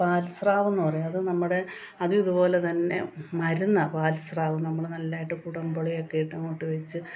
പാൽസ്രാവെന്നു പറയും അതു നമ്മുടെ അതിതു പോലെ തന്നെ മരുന്നാണ് പാൽ സ്രാവ് നമ്മൾ നല്ലതായിട്ട് കുടമ്പുളിയൊക്കെ ഇട്ടങ്ങോട്ടു വെച്ച്